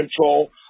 control